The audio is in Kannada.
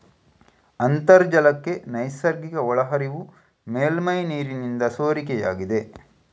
ಅಂತರ್ಜಲಕ್ಕೆ ನೈಸರ್ಗಿಕ ಒಳಹರಿವು ಮೇಲ್ಮೈ ನೀರಿನಿಂದ ಸೋರಿಕೆಯಾಗಿದೆ